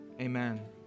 Amen